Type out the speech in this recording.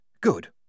Good